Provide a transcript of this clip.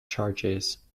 charges